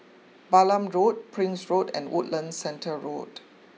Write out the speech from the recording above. Balam Road Prince Road and Woodlands Centre Road